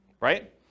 right